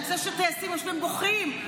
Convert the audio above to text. אתה שולח אותם למשימה,